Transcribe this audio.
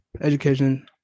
education